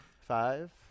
Five